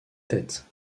tête